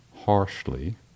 harshly